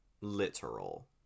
literal